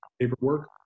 paperwork